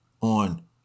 on